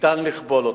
ניתן לכבול אותו.